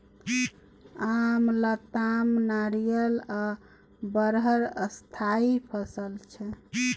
आम, लताम, नारियर आ बरहर स्थायी फसल छै